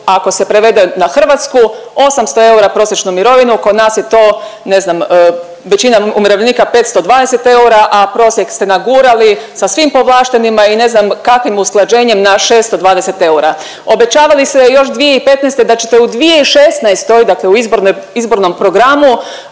ako se prevede na Hrvatsku 800 eura prosječnu mirovinu, kod nas je to ne znam, većina umirovljenika 520 eura, a prosjek ste nagurali sa svim povlaštenima i ne znam kakvim usklađenjem na 620 eura. Obećavali ste još 2015. da ćete u 2016., dakle u izbornoj,